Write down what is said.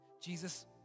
Jesus